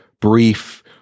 brief